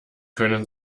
können